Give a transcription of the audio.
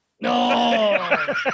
No